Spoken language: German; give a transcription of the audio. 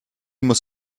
muss